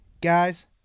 guys